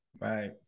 Right